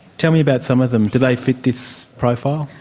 tell me about some of them, do they fit this profile?